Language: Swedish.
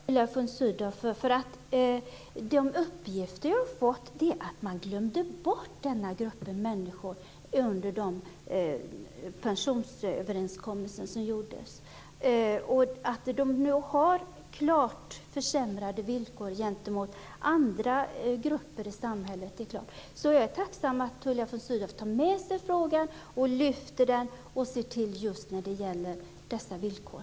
Fru talman! Jag tackar Tullia von Sydow för detta. De uppgifter som jag har fått är att man glömde bort denna grupp människor vid pensionsöverenskommelsen. Att de nu har klart sämre villkor gentemot andra grupper i samhället är klart. Jag är tacksam för att Tullia von Sydow tar med sig frågan och lyfter fram just dessa villkor.